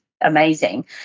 amazing